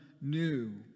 new